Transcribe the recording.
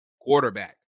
quarterback